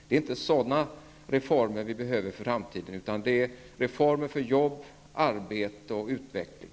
Det är inte sådana reformer som vi behöver för framtiden — vi behöver reformer för arbete och utveckling.